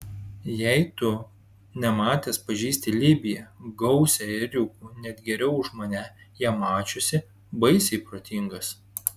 jei tu nematęs pažįsti libiją gausią ėriukų net geriau už mane ją mačiusį baisiai protingas